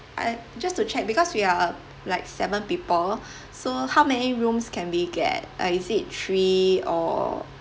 I just to check because we are like seven people so how many rooms can we get uh is it three or